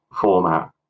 format